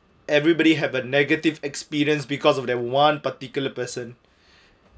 everybody have a negative experience because of that one particular person